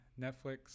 Netflix